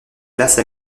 classes